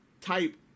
type